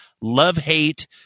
Love-hate